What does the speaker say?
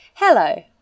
Hello